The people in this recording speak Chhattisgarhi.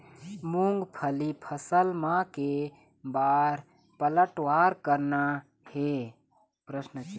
मूंगफली फसल म के बार पलटवार करना हे?